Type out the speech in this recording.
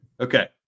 Okay